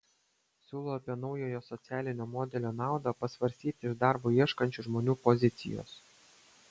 siūlau apie naujojo socialinio modelio naudą pasvarstyti iš darbo ieškančių žmonių pozicijos